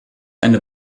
eine